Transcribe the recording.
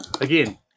Again